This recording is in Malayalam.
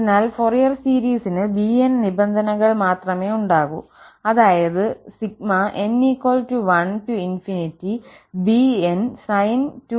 അതിനാൽ ഫോറിയർ സീരീസിന് bn നിബന്ധനകൾ മാത്രമേ ഉണ്ടാകൂ അതായത് n1bn sin 2nx